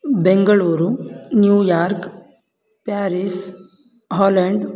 Bengaluru New York Paris Holland